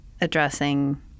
addressing